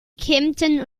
kempten